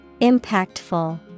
Impactful